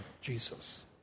Jesus